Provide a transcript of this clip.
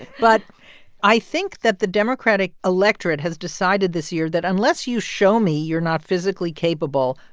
but i think that the democratic electorate has decided this year that unless you show me you're not physically capable,